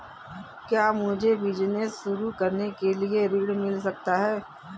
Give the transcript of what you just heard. क्या मुझे बिजनेस शुरू करने के लिए ऋण मिल सकता है?